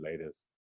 latest